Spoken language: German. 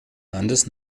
landes